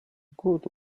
good